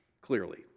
clearly